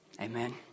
Amen